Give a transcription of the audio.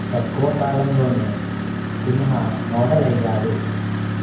తక్కువ కాలంలోనే సిన్హా మోడల్ అయ్యారు